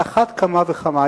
על אחת כמה וכמה.